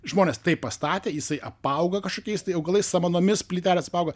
žmonės taip pastatė jisai apauga kažkokiais tai augalais samanomis plytelės apauga